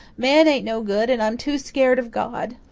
man ain't no good and i'm too skeered of god.